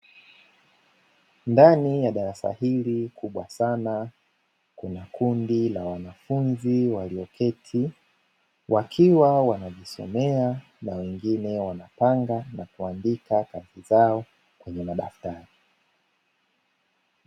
Ndani ya darasa hili kubwa sana, kuna kundi la wanafunzi walioketi, wakiwa wanajisomea na wengine wanapanga na kuandika kazi zao kwenye madaftari.